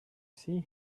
see